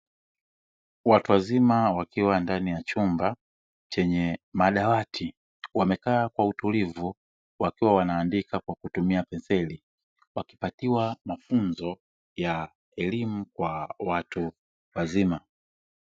Watu wazima wakiwa ndani ya chumba chenye madawati wamekaa kwa utulivu wakiwa wanaandika kwa kutumia penseli wakipatiwa mafunzo ya elimu kwa watu wazima.